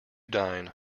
dine